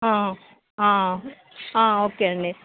okay అండీ